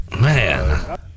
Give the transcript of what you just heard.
Man